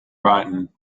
brighton